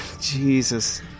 Jesus